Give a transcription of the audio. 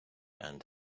and